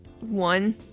one